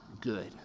good